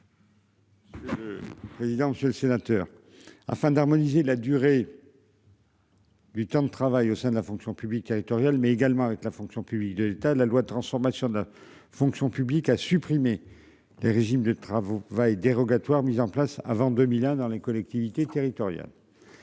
monsieur le ministre. Évidemment c'est le sénateur afin d'harmoniser la durée. Du temps de travail au sein de la fonction publique territoriale mais également avec la fonction publique de l'état de la loi de transformation de la fonction publique à supprimer. Les régimes de travaux vas dérogatoire mises en place avant 2001 dans les collectivités territoriales.